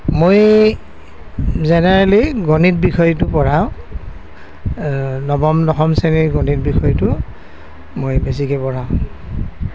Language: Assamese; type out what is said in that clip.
মই জেনেৰেলী গণিত বিষয়টো পঢ়াওঁ নৱম দশম শ্ৰেণীৰ গণিত বিষয়টো মই বেছিকৈ পঢ়াওঁ